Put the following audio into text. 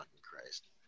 Christ